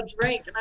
drink